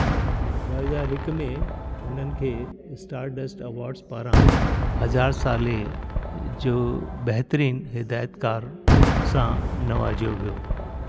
ॿ हज़ार हिकु में हुननि खे स्टारडस्ट अवार्ड्स पारां हज़ार साले जो बहितरीनु हिदायतकारु सां नवाजियो वियो